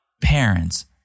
parents